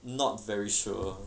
not very sure